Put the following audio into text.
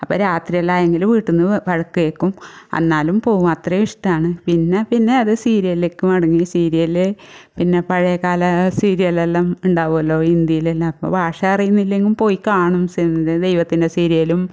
അപ്പം രാത്രിയെല്ലാം ആയെങ്കിൽ വീട്ടിൽനിന്ന് വഴക്ക് കേൾക്കും എന്നാലും പോവും അത്രയും ഇഷ്ടമാണ് പിന്നെ പിന്നെ അത് സീരിയലിലേക്ക് മടങ്ങി സീരിയൽ പിന്നെ പഴയകാല സീരിയലെല്ലാം ഉണ്ടാവുമല്ലോ ഹിന്ദിയിലെല്ലാം അപ്പം ഭാഷ അറിയുന്നില്ലെങ്കിൽ പോയി കാണും ദൈവത്തിൻ്റെ സീരിയലും